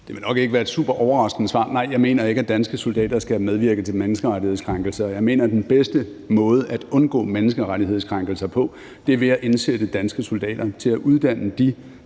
Det vil nok ikke være et superoverraskende svar: Nej, jeg mener ikke, at danske soldater skal medvirke til menneskerettighedskrænkelser. Jeg mener, den bedste måde at undgå menneskerettighedskrænkelser på, er ved at indsætte danske soldater til at uddanne de